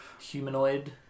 Humanoid